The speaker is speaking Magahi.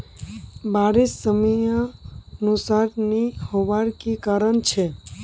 बारिश समयानुसार नी होबार की कारण छे?